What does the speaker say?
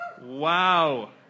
Wow